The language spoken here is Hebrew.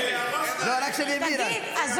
בוא -- לא להגיד להם,